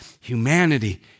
humanity